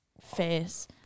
face